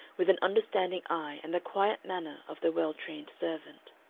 with an understanding eye and the quiet manner of the well-trained servant.